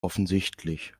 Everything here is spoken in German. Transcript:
offensichtlich